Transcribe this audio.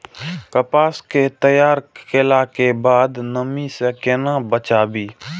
कपास के तैयार कैला कै बाद नमी से केना बचाबी?